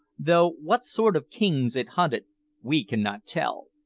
though what sort of kings it hunted we cannot tell.